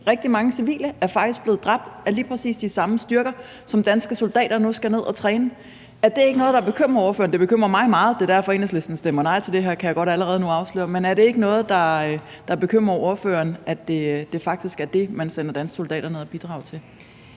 Rigtig mange civile er faktisk blevet dræbt af lige præcis de samme styrker, som danske soldater nu skal ned og træne. Er det ikke noget, der bekymrer ordføreren? Det bekymrer mig meget, og det er derfor, Enhedslisten stemmer nej til det her, kan jeg allerede nu godt nu afsløre. Men bekymrer det ikke ordføreren, at det faktisk er det, man sender danske soldater ned og bidrage til?